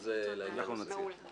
זה לעניין הזה.